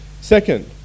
Second